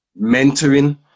mentoring